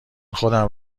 خودم